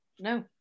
no